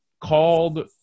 called